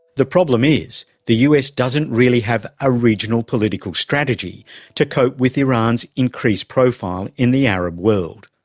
the problem is the us doesn't really have a regional political strategy to cope with iran's increased profile in the arab world.